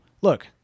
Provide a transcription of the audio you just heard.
Look